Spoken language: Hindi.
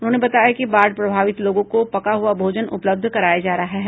उन्होंने बताया कि बाढ़ प्रभावित लोगों को पका हुआ भोजन उपलब्ध कराया जा रहा है